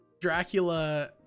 Dracula